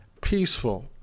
peaceful